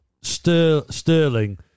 Sterling